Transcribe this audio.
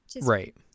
Right